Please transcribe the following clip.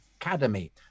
academy